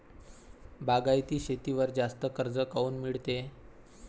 बागायती शेतीवर जास्त कर्ज काऊन मिळते?